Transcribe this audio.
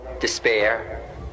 despair